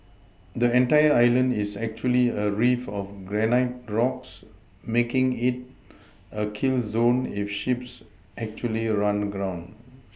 the entire island is actually a reef of granite rocks making it a kill zone if ships actually run aground